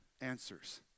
answers